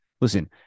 Listen